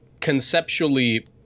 Conceptually